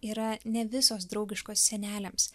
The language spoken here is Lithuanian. yra ne visos draugiškos seneliams